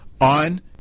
on